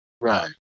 Right